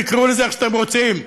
תקראו לזה איך שאתם רוצים: